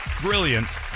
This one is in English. brilliant